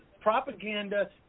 propaganda